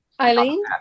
Eileen